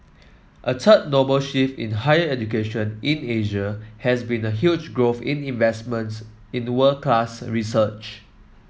a third shift in higher education in Asia has been the huge growth in investments in the world class research